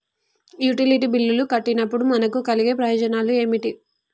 Utility బిల్లులు కట్టినప్పుడు మనకు కలిగే ప్రయోజనాలు ఏమిటి?